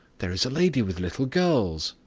there is a lady with little girls!